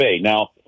Now